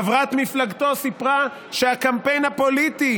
חברת מפלגתו סיפרה שהקמפיין הפוליטי